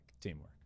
Teamwork